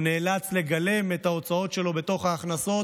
הוא נאלץ לגלם את ההוצאות שלו בתוך ההכנסות,